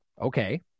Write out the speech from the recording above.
Okay